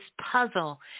puzzle